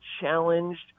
challenged